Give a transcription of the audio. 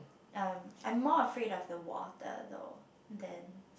um I'm more afraid of the water though then